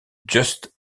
just